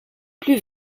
plus